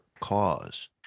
cause